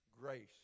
Grace